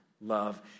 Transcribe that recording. love